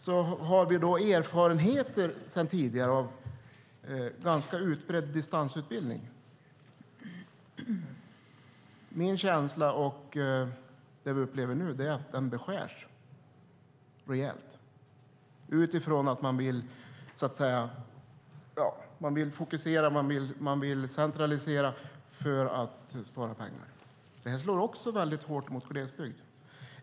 Vi har sedan tidigare erfarenheter av en ganska utbredd distansutbildning. Min känsla är att vi nu upplever att den beskärs rejält, utifrån att man vill fokusera och centralisera för att spara pengar. Det slår också väldigt hårt mot glesbygden.